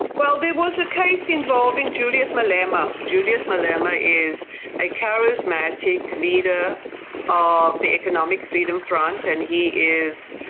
well, there was a case involving julius malema. julius malema is a charismatic leader of the economic freedom front, and he is,